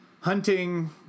hunting